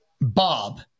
Bob